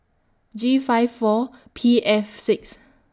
G five four P F six